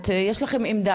יש לכם עמדה,